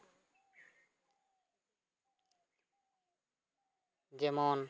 ᱡᱮᱢᱚᱱ